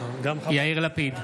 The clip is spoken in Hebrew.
יאיר לפיד,